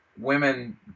women